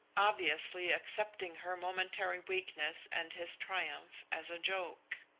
obviously accepting her momentary weakness and his triumph as a joke.